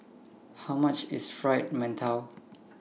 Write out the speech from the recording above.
How much IS Fried mantou